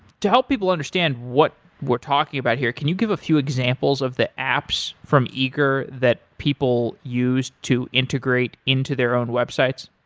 to help people understand what we're talking about here, can you give a few examples of the apps from eager that people used to integrate into their own websites?